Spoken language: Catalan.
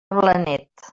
blanet